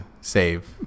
save